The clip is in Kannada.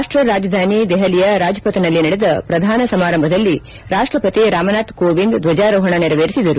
ರಾಷ್ಟ್ರರಾಜಧಾನಿ ದೆಹಲಿಯ ರಾಜ್ಪಥ್ ನಲ್ಲಿ ನಡೆದ ಪ್ರಧಾನ ಸಮಾರಂಭದಲ್ಲಿ ರಾಷ್ಟಪತಿ ರಾಮನಾಥ ಕೋವಿಂದ್ ಧ್ಲಜಾರೋಹಣ ನೆರವೇರಿಸಿದರು